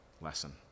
lesson